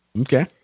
Okay